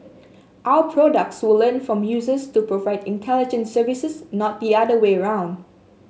our products will learn from users to provide intelligent services not the other way around